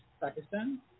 Pakistan